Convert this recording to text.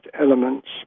elements